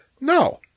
No